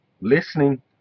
listening